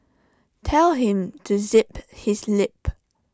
tell him to zip his lip